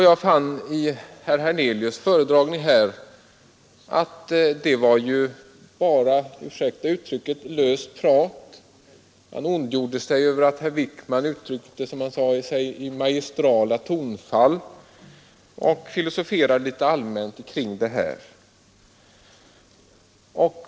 Jag fann att herr Hernelius föredragning bara var — ursäkta uttrycket — löst prat. Han ondgjorde sig över att herr Wickman uttryckt sig i magistrala tonfall och filosoferade litet allmänt kring det.